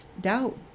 doubt